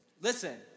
listen